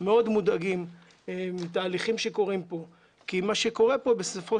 מאוד מודאגים מתהליכים שקורים כאן כי מה שקורה כאן בסופו